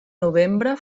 novembre